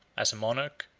as a monarch,